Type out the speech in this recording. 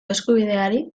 eskubideari